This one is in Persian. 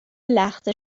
لخته